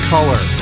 Color